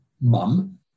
mum